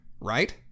right